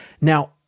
Now